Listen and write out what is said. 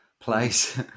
place